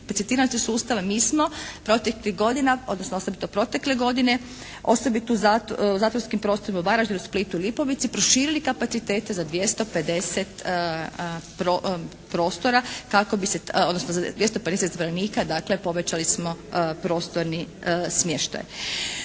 se./ … sustava mi smo proteklih godina, odnosno osobito protekle godine osobito u zatvorskim prostorima u Varaždinu, Splitu, Lipovici proširili kapacitete za 250 prostora kako bi se, odnosno 250